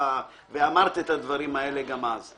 אמרת את הדברים האלה גם אז.